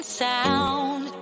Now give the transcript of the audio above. sound